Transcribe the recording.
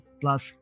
plus